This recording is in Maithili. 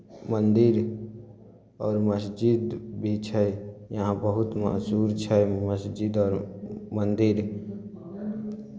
मन्दिर आओर मस्जिद भी छै यहाँ बहुत मशहूर छै मस्जिद आओर मन्दिर